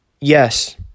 yes